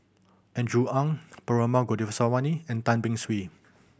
Andrew Ang Perumal Govindaswamy and Tan Beng Swee